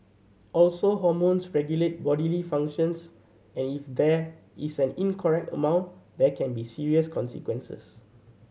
also hormones regulate bodily functions and if there is an incorrect amount there can be serious consequences